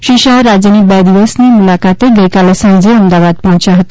શ્રી શાહ રાજયની બે દિવસની મુલાકાતે ગઈકાલે સાંજે અમદાવાદ પહોચ્યા હતા